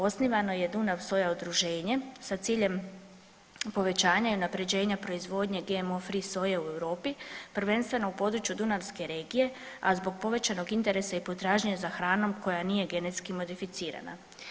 Osnivano je Dunav Soja udruženje sa ciljem povećanja i unapređenja proizvodnje GMO free soje u Europi prvenstveno u području dunavske regije, a zbog povećanog interesa i potražnje za hranom koja nije genetski modificirana.